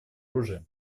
оружия